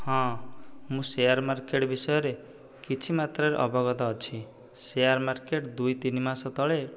ହଁ ମୁଁ share market ବିଷୟରେ କିଛି ମାତ୍ରରେ ଅବଗତ ଅଛି ସେୟାର୍ ମାର୍କେଟ୍ ଦୁଇ ତିନି ମାସ ତଳେ